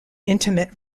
intimate